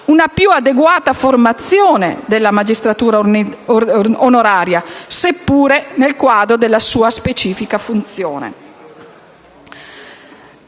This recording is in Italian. una più adeguata formazione della magistratura onoraria, seppure nel quadro della specificità